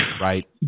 Right